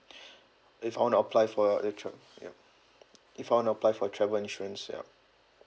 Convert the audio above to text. if I wanna apply for a tra~ ya if I wanna apply for travel insurance yup